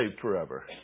forever